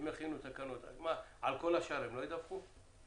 אז על כל השאר הם לא ידווחו?